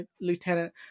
lieutenant